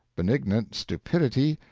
benignant stupidity,